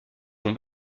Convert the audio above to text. sont